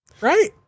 Right